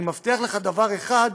אני מבטיח לך דבר אחד: